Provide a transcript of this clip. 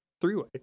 Three-way